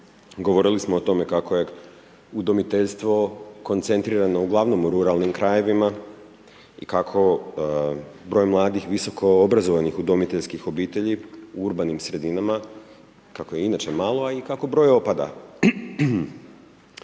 Govorili smo o tome kako je udomiteljstvo koncentrirano uglavnom u ruralnim krajevima i kako broj mladih visokoobrazovanih udomiteljskih obitelji u urbanim sredinama, kako je inače malo i kako broj opada.